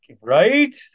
right